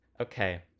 Okay